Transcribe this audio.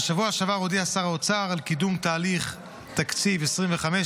בשבוע שעבר הודיע שר האוצר על קידום תהליך תקציב 2025,